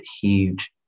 huge